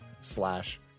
slash